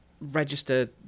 register